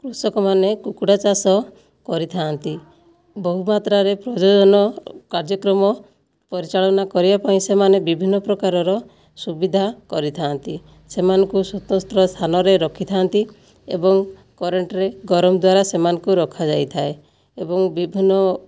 କୃଷକମାନେ କୁକୁଡ଼ାଚାଷ କରିଥାନ୍ତି ବହୁମାତ୍ରାରେ ପ୍ରଜନନ କାର୍ଯ୍ୟକ୍ରମ ପରିଚାଳନା କରିବାପାଇଁ ସେମାନେ ବିଭିନ୍ନ ପ୍ରକାରର ସୁବିଧା କରିଥାନ୍ତି ସେମାନଙ୍କୁ ସ୍ୱତନ୍ତ୍ର ସ୍ଥାନରେ ରଖିଥାନ୍ତି ଏବଂ କରେଣ୍ଟରେ ଗରମଦ୍ଵାରା ସେମାନଙ୍କୁ ରଖାଯାଇଥାଏ ଏବଂ ବିଭିନ୍ନ